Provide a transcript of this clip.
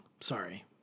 Sorry